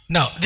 Now